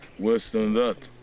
worse than that!